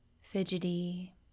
fidgety